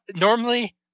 Normally